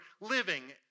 living